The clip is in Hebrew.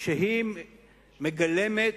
שהיא מגלמת,